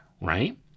right